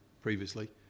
previously